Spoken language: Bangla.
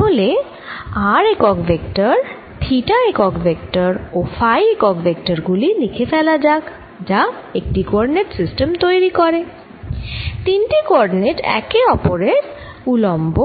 তাহলে r একক ভেক্টর থিটা একক ভেক্টর ও ফাই একক ভেক্টর গুলি লিখে ফেলা যাক যা একটি কোঅরডিনেট সিস্টেম তৈরি করে তিনটি কোঅরডিনেট একে অপরের উলম্ব